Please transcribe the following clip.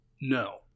No